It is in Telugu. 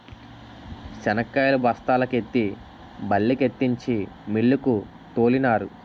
శనక్కాయలు బస్తాల కెత్తి బల్లుకెత్తించి మిల్లుకు తోలినారు